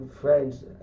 friends